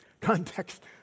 Context